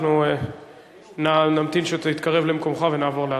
אנחנו נמתין עד שאתה תתקרב למקומך ונעבור להצבעה.